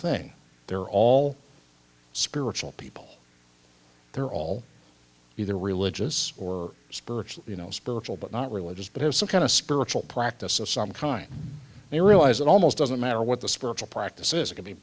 thing they're all spiritual people they're all either religious or spiritual you know spiritual but not religious but have some kind of spiritual practice of some kind they realize it almost doesn't matter what the spiritual practice